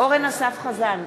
אורן אסף חזן,